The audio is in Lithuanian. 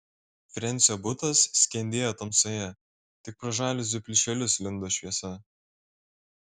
frensio butas skendėjo tamsoje tik pro žaliuzių plyšelius lindo šviesa